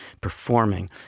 performing